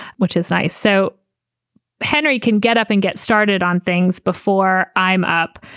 which is nice so henry can get up and get started on things before i'm up.